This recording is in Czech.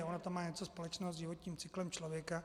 Ono to má něco společného s životním cyklem člověka.